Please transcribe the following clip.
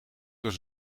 was